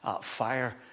fire